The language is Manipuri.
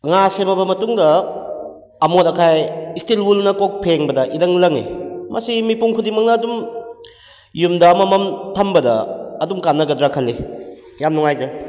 ꯉꯥ ꯁꯦꯝꯃꯕ ꯃꯇꯨꯡꯗ ꯑꯃꯣꯠ ꯑꯀꯥꯏ ꯏꯁꯇꯤꯜ ꯋꯨꯜꯅ ꯀꯣꯛ ꯐꯦꯡꯕꯗ ꯏꯔꯪ ꯂꯪꯏ ꯃꯁꯤ ꯃꯤꯄꯨꯝ ꯈꯨꯗꯤꯡꯃꯛꯅ ꯑꯗꯨꯝ ꯌꯨꯝꯗ ꯑꯃꯃꯝ ꯊꯝꯕꯗ ꯑꯗꯨꯝ ꯀꯥꯟꯅꯒꯗ꯭ꯔ ꯈꯜꯂꯤ ꯌꯥꯝ ꯅꯨꯡꯉꯥꯏꯖꯔꯦ